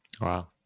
wow